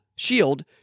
shield